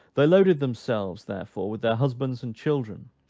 they loaded themselves, therefore, with their husbands and children,